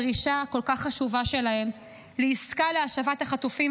בדרישה החשובה כל כך שלהם לעסקה להשבת החטופים